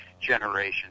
generation